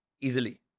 easily